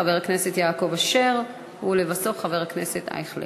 חבר הכנסת יעקב אשר, ולבסוף חבר הכנסת אייכלר.